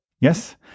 Yes